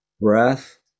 breath